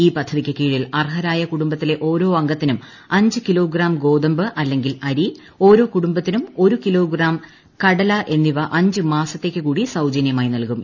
ഈ പദ്ധതിയ്ക്ക് കീഴിൽ കുടുംബത്തിലെ ഓരോ അംഗത്തിനും അഞ്ച് കിലോഗ്രാം ഗോതമ്പ് അല്ലെങ്കിൽ അരി ഓരോ കുടുംബത്തിനും ഒരു കിലോഗ്രാം കടല എന്നിവ അഞ്ച് മാസത്തേയ്ക്ക് കൂടി സൌജന്യമായി നൽകും